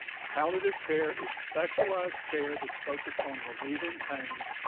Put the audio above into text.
palliative care is specialized care that's focused on relieving pain,